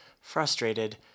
Frustrated